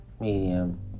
medium